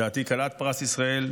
לדעתי היא כלת פרס ישראל,